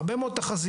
הרבה מאוד תחזיות,